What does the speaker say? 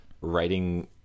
writing